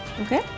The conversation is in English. Okay